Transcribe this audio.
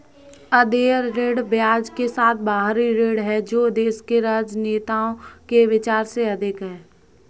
अदेय ऋण ब्याज के साथ बाहरी ऋण है जो देश के राजनेताओं के विचार से अधिक है